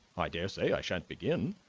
i daresay i shan't begin.